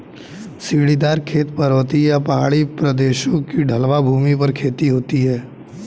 सीढ़ीदार खेत, पर्वतीय या पहाड़ी प्रदेशों की ढलवां भूमि पर खेती होती है